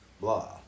blah